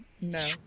No